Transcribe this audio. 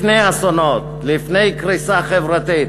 לפני אסונות, לפני קריסה חברתית.